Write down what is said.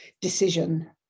decision